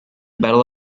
battle